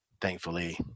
thankfully